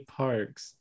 parks